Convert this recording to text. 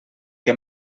que